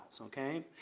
okay